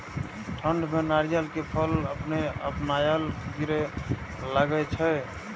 ठंड में नारियल के फल अपने अपनायल गिरे लगए छे?